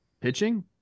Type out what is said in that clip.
pitching